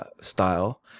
style